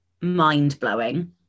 mind-blowing